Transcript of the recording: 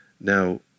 Now